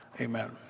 Amen